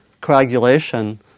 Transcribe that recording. coagulation